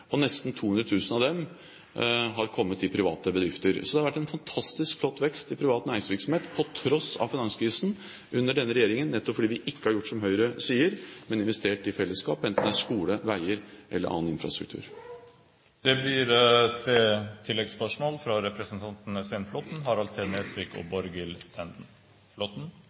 og nesten 200 000 av dem har kommet i private bedrifter. Så det har vært en fantastisk flott vekst i privat næringsvirksomhet – på tross av finanskrisen – under denne regjeringen, nettopp fordi vi ikke har gjort som Høyre sier, men investert i fellesskap, enten i skole, veier eller annen infrastruktur. Det blir tre